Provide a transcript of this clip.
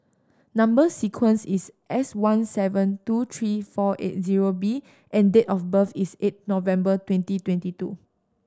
number sequence is S one seven two three four eight zero B and date of birth is eight November twenty twenty two